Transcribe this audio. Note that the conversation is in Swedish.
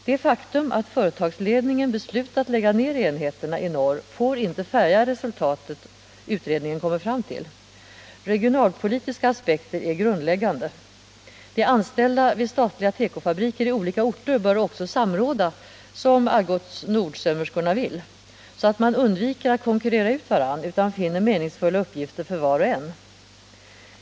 Det faktum att företagsledningen beslutat lägga ner enheterna i norr får inte färga det resultat som utredningen kommer fram till. Regionalpolitiska aspekter är grundläggande. De anställda vid tekofabriker i olika orter bör också samråda, som Algots Nord-sömmerskorna vill, så att man undviker att konkurrera ut varandra och att man i stället kan finna meningsfulla uppgifter för var och en.